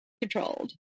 Controlled